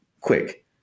quick